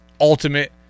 Ultimate